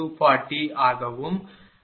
00 ஆகவும் இது 225